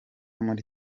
muri